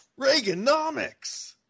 Reaganomics